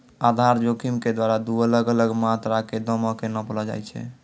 आधार जोखिम के द्वारा दु अलग अलग मात्रा के दामो के नापलो जाय छै